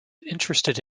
interested